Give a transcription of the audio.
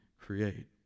create